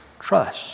Trust